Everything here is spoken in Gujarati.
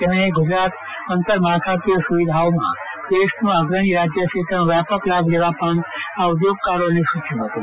તેમણે ગુજરાત આંતરમાળખાકીય સુવિધાઓ માં દેશ નું અગ્રણી રાજ્ય છે તેનો વ્યાપક લાભ લેવા પણ આ ઉદ્યોગકારો ને સૂચવ્યું હતું